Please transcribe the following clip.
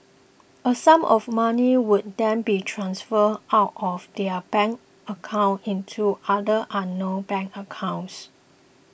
a sum of money would then be transferred out of their bank account into other unknown bank accounts